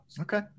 Okay